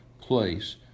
place